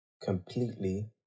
completely